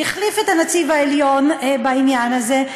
שהחליף את הנציב העליון בעניין הזה,